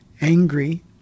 angry